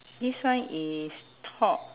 this one is thought